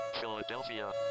Philadelphia